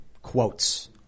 Quotes